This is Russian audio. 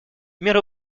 меры